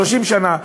30 שנה,